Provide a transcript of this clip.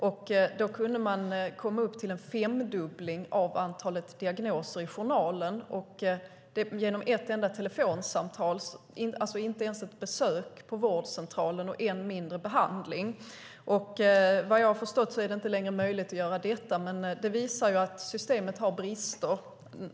Genom ett enda telefonsamtal, alltså inte ens ett besök på vårdcentralen och än mindre behandling, kunde man femdubbla antalet diagnoser i journalen. Vad jag har förstått är det inte längre möjligt att göra på det sättet, men det visar ju att systemet har brister.